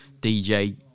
DJ